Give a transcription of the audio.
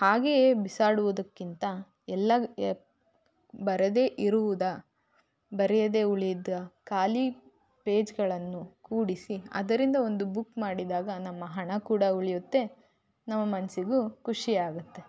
ಹಾಗೆಯೇ ಬಿಸಾಡುವುದಕ್ಕಿಂತ ಎಲ್ಲ ಬರದೆ ಇರುವುದು ಬರೆಯದೆ ಉಳಿದ ಖಾಲಿ ಪೇಜ್ಗಳನ್ನು ಕೂಡಿಸಿ ಅದರಿಂದ ಒಂದು ಬುಕ್ ಮಾಡಿದಾಗ ನಮ್ಮ ಹಣ ಕೂಡ ಉಳಿಯುತ್ತೆ ನಮ್ಮ ಮನಸ್ಸಿಗೂ ಖುಷಿ ಆಗತ್ತೆ